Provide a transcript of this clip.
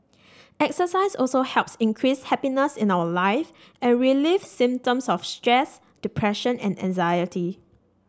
exercise also helps increase happiness in our life and relieve symptoms of stress depression and anxiety